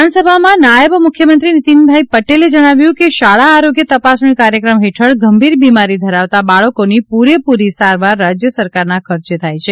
વિધાનસભામાં નાયબ મુખ્યમંત્રી નિતિનભાઇ પટેલે જણાવ્યું છે કે શાળા આરોગ્ય તપાસણી કાર્યક્રમ હેઠળ ગંભીર બિમારી ધરાવતા બાળકોની પુરેપુરી સારવાર રાજ્ય સરકારના ખર્ચે થાય છે